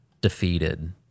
defeated